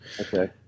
Okay